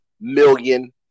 million